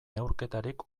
neurketarik